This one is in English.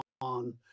on